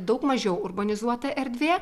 daug mažiau urbanizuota erdvė